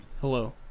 Hello